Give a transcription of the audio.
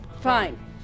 Fine